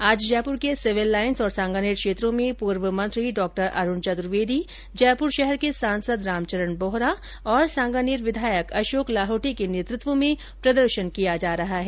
आज जयपुर के civil lines और सांगानेर क्षेत्रों में पूर्व मंत्री डॉ अरूण चतुर्वेदी जयपुर शहर के सांसद रामचरण बोहरा और सांगानेर विधायक अशोक लाहोटी के नेतृत्व में प्रदर्शन किया जा रहा है